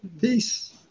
Peace